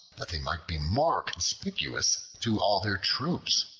that they might be more conspicuous to all their troops.